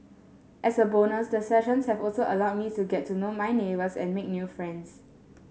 as a bonus the sessions have also allowed me to get to know my neighbours and make new friends